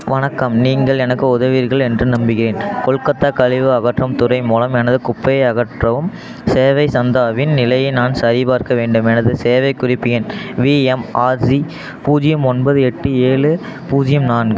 வணக்கம் நீங்கள் எனக்கு உதவுவீர்கள் என்று நம்புகிறேன் கொல்கத்தா கழிவு அகற்றும் துறை மூலம் எனது குப்பையை அகற்றவும் சேவை சந்தாவின் நிலையை நான் சரிபார்க்க வேண்டும் எனது சேவை குறிப்பு எண் விஎம்ஆர்சி பூஜ்யம் ஒன்பது எட்டு ஏழு பூஜ்யம் நான்கு